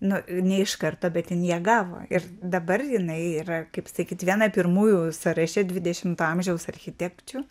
nu ne iš karto bet jin ją gavo ir dabar jinai yra kaip sakyt viena pirmųjų sąraše dvidešimto amžiaus architekčių